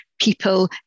people